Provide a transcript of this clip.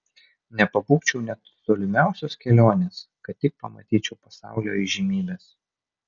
nepabūgčiau net tolimiausios kelionės kad tik pamatyčiau pasaulio įžymybes